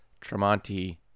Tremonti